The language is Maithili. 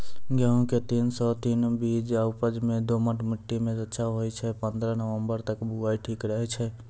गेहूँम के तीन सौ तीन बीज उपज मे दोमट मिट्टी मे अच्छा होय छै, पन्द्रह नवंबर तक बुआई ठीक रहै छै